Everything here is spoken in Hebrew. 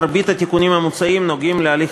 מרבית התיקונים המוצעים נוגעים להליך